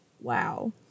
Wow